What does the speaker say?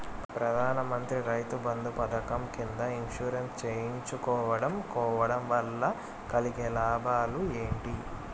ప్రధాన మంత్రి రైతు బంధు పథకం కింద ఇన్సూరెన్సు చేయించుకోవడం కోవడం వల్ల కలిగే లాభాలు ఏంటి?